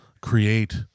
create